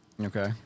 Okay